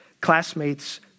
classmates